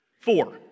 Four